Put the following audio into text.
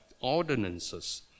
ordinances